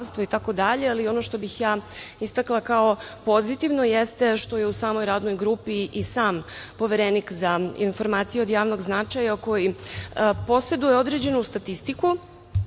za zakonodavstvo itd. Ono što bih ja istakla kao pozitivno jeste što je u samoj Radnoj grupi i sam Poverenik za informacije od javnog značaja koji poseduje određenu statistiku.